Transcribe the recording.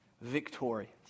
victorious